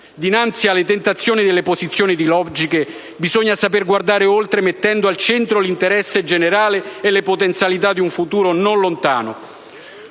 Dinanzi alla tentazione delle posizioni ideologiche, bisogna saper guardare oltre mettendo al centro l'interesse generale e le potenzialità di un futuro non lontano,